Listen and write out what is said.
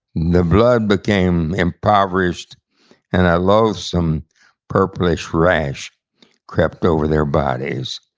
the blood became impoverished and a loathsome purplish rash crept over their bodies.